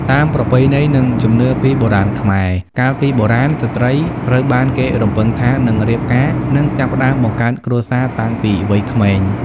តាមប្រពៃណី និងជំនឿពីបុរាណខ្មែរកាលពីបុរាណ ស្ត្រីត្រូវបានគេរំពឹងថានឹងរៀបការ និងចាប់ផ្ដើមបង្កើតគ្រួសារតាំងពីវ័យក្មេង ។